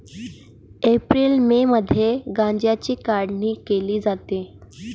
April May मध्ये गांजाची काढणी केली जाते